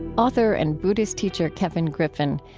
author and buddhist teacher kevin griffin.